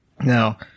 Now